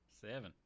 Seven